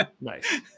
Nice